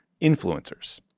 influencers